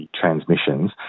transmissions